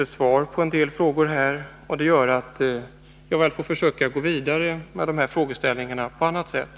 En del av mina frågor fick jag inte något svar på, och det gör att jag väl får försöka gå vidare med de här frågeställningarna på annat sätt.